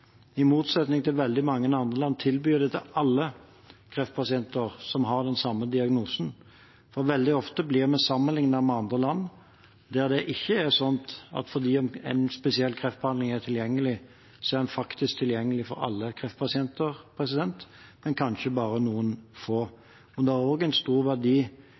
i motsetning til veldig mange andre land tilbyr dem til alle kreftpasienter som har den samme diagnosen. Veldig ofte blir vi sammenlignet med land der det ikke er slik at når en spesiell kreftbehandling er tilgjengelig, er den faktisk tilgjengelig for alle kreftpasienter, men kanskje bare for noen få. Det har også en stor verdi,